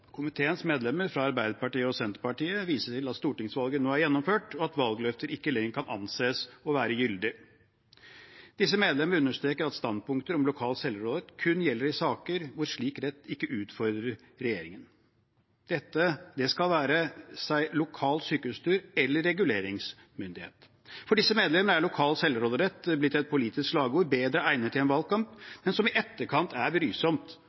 Komiteens medlemmer fra Arbeiderpartiet og Senterpartiet viser til at stortingsvalget nå er gjennomført, og at valgløfter ikke lenger kan anses å være gyldige. Disse medlemmer understreker at standpunkter om lokal selvråderett kun gjelder i saker hvor slik rett ikke utfordrer regjeringen, det være seg lokal sykehusstruktur eller reguleringsmyndighet. For disse medlemmer er lokal selvråderett blitt et politisk slagord bedre egnet i en valgkamp, men som i etterkant er brysomt